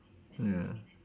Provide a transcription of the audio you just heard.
ya